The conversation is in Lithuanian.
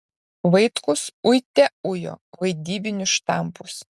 vaitkus uite ujo vaidybinius štampus